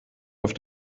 auf